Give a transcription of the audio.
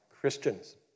Christians